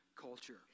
culture